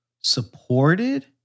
supported